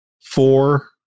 four